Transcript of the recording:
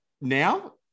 now